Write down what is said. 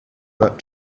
that